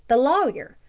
the lawyer,